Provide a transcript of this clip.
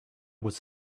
was